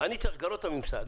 אני צריך לגרות את הממסד.